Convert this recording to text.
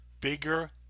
bigger